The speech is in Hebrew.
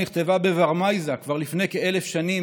שנכתבה בוורמייזא כבר לפני כ-1,000 שנים,